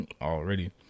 already